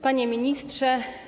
Panie Ministrze!